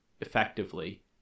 effectively